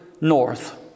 north